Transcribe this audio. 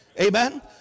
amen